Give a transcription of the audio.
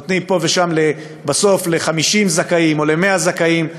נותנים פה ושם בסוף ל-50 זכאים או ל-100 זכאים.